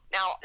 Now